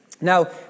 Now